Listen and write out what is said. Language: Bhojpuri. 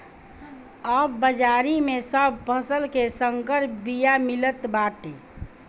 अब बाजारी में सब फसल के संकर बिया मिलत बाटे